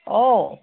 অঁ